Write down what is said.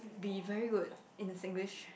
be very good in the Singlish